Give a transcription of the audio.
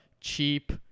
cheap